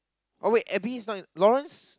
oh wait Abby is not in Laurance